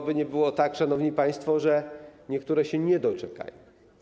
Oby nie było tak, szanowni pastwo, że niektóre się nie doczekają.